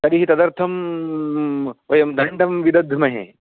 तर्हि तदर्थं वयं दण्डं विदद्महे